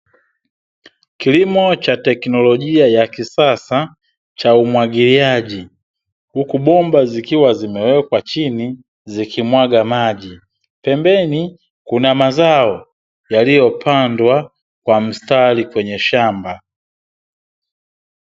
Kilimo cha teknolojia ya kisasa cha umwagiliaji, huku bomba zikiwa zimewekwa chini zikimwaga maji. Pembeni kuna mazao yaliyopandwa kwa mstari kwenye shamba.